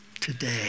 today